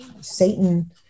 Satan